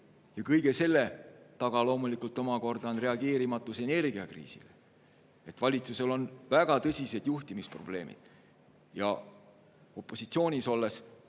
Ja kõige selle taga loomulikult omakorda on reageerimatus energiakriisile. Valitsusel on väga tõsised juhtimisprobleemid. Opositsioonis olles